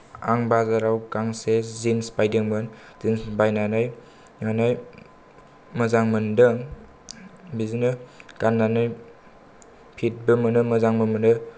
आं बाजाराव गांसे जिन्स बायदोंमोन जिन्स बायनानै माने मोजां मोनदों बिदिनो गाननानै फिट बो मोनो मोजांबो मोनो